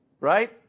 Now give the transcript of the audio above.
Right